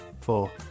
Four